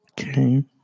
Okay